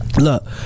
Look